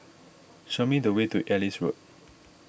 show me the way to Ellis Road